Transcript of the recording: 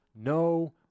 no